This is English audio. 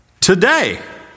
Today